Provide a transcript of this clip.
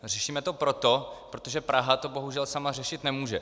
Řešíme to proto, protože Praha to bohužel sama řešit nemůže.